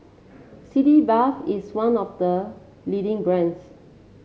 Sitz Bath is one of the leading brands